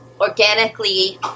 organically